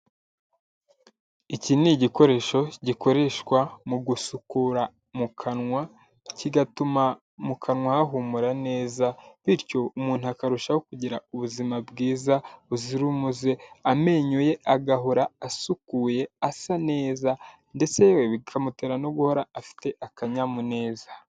Iki ni igikoresho gikoreshwa mu gusukura mu kanwa, kigatuma mu kanwa hahumura neza bityo umuntu akarushaho kugira ubuzima bwiza buzira umuze, amenyo ye agahora asukuye, asa neza ndetse yewe bikamutera no guhora afite akanyamuneza.